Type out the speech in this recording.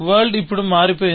world ఇప్పుడు మారిపోయింది